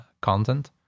content